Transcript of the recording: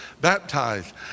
Baptized